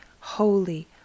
Holy